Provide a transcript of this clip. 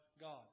God